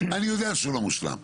אני יודע שהוא לא משולם.